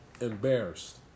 Embarrassed